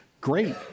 great